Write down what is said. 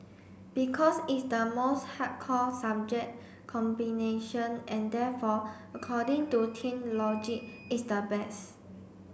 because it's the most hardcore subject combination and therefore according to teen logic it's the best